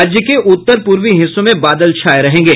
राज्य के उत्तर पूर्वी हिस्सों में बादल छाये रहेंगे